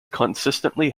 consistently